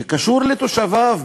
שקשור לתושביו,